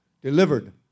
delivered